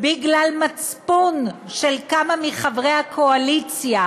בגלל מצפון של כמה מחברי הקואליציה,